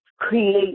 create